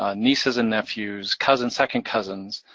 ah nieces and nephews, cousins, second cousins.